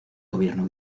gobierno